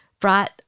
Brought